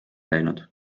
käinud